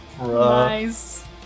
Nice